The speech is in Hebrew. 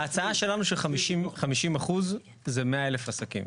ההצעה שלנו ש-50% זה 100,000 עסקים.